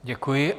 Děkuji.